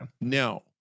Now